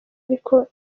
ariko